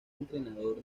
entrenador